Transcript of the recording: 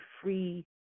free